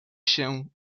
się